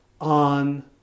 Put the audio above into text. on